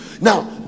Now